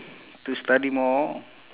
to study more